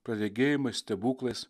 praregėjimais stebuklais